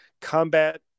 combat